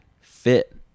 fit